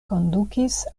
kondukis